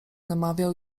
namawiał